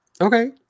Okay